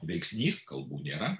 veiksnys kalbų nėra